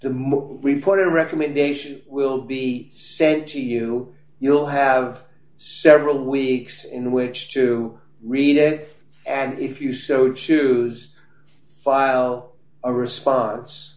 more we put a recommendation will be sent to you you'll have several weeks in which to read it and if you so choose file a response